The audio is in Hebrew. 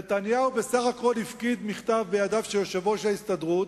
נתניהו בסך הכול הפקיד מכתב בידיו של יושב-ראש ההסתדרות,